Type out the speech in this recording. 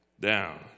down